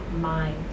mind